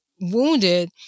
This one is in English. wounded